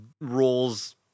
roles